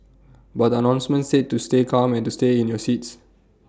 but the announcement said to stay calm and to stay in your seats